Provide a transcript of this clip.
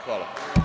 Hvala.